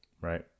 Right